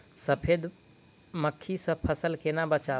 सफेद मक्खी सँ फसल केना बचाऊ?